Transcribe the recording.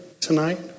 tonight